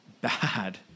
bad